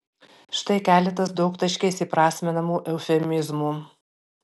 štai keletas daugtaškiais įprasminamų eufemizmų